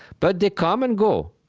but they come and go.